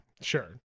Sure